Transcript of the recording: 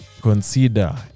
consider